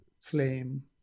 Flame